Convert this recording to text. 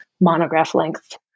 monograph-length